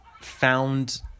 found